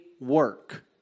work